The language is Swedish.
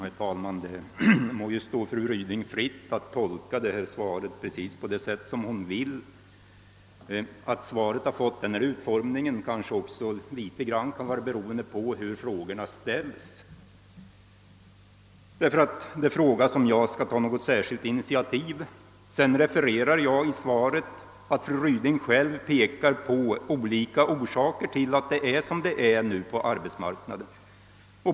Herr talman! Det må stå fru Ryding fritt att tolka mitt svar precis som hon själv vill. Svarets utformning kanske också något beror på hur frågan ställes. Det frågas om jag skall ta något särskilt initiativ. I svaret refererar jag till att fru Ryding själv pekar på olika orsaker till de förhållanden som råder på arbetsmarknaden.